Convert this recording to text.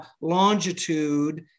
longitude